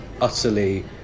utterly